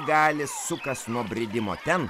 gali sukas nuo bridimo ten